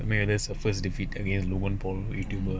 medal first defeated him logan paul redeemer